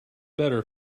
better